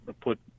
put